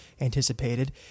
anticipated